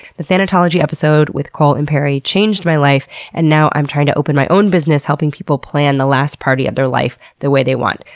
the thanatology episode with cole imperi changed my life and now i'm trying to open my own business helping people plan the last party of their life the way they want.